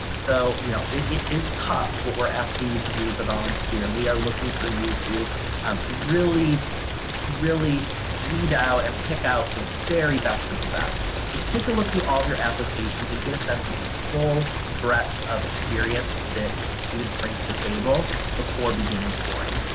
so you know it is tough what we're asking you to do as a volunteer. we are looking for you to um really really weed out and pick out the very best of the best. so take a look through all of your applications and get a sense of the full breadth of experience that the students bring to the table before beginning scoring.